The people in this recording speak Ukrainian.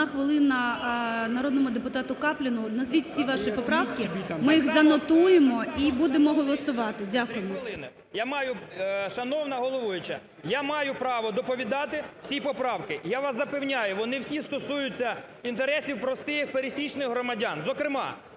хвилина народному депутату Капліну. Назвіть всі ваші поправки, ми їх занотуємо і будемо голосувати. Дякую. 17:02:24 КАПЛІН С.М. Три хвилини. Шановна головуюча, я маю право доповідати всі поправки. Я вас запевняю, вони всі стосуються інтересів простих пересічних громадян. Зокрема,